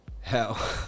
hell